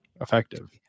effective